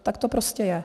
Tak to prostě je.